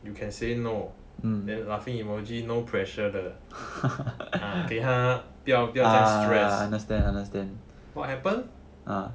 you can say no then laughing emoji no pressure 的给她不要不要太 stress what happened